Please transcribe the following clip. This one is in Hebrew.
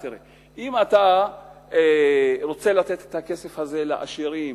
אם אתה רוצה לתת את הכסף הזה לעשירים,